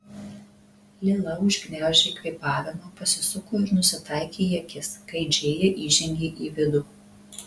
lila užgniaužė kvėpavimą pasisuko ir nusitaikė į akis kai džėja įžengė į vidų